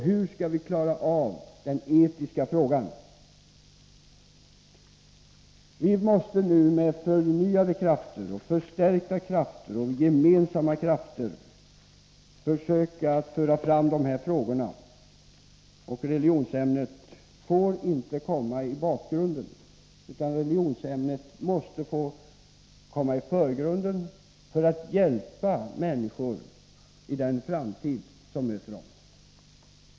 Hur skall vi klara av den etiska frågan? Vi måste nu med förnyade, förstärkta och gemensamma krafter försöka föra fram de här frågorna. Religionsämnet får inte hamna i bakgrunden. Religionsämnet måste få komma i förgrunden för att hjälpa människor i den framtid som möter dem.